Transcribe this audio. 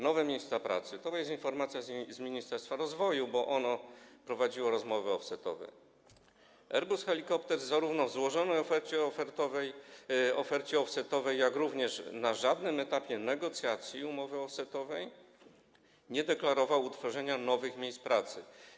Nowe miejsca pracy - to jest informacja z Ministerstwa Rozwoju, bo ono prowadziło rozmowy offsetowe: „Airbus Helicopters zarówno w złożonej ofercie offsetowej, jak również na żadnym etapie negocjacji umowy offsetowej nie deklarował utworzenia nowych miejsc pracy”